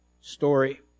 story